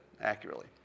accurately